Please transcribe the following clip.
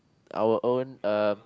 our own um